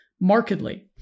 markedly